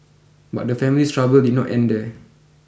but the family's trouble did not end there